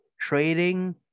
trading